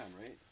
right